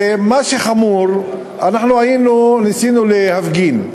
ומה שחמור, אנחנו ניסינו להפגין.